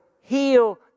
heal